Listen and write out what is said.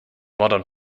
modern